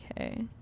okay